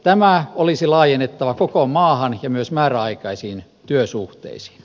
tämä olisi laajennettava koko maahan ja myös määräaikaisiin työsuhteisiin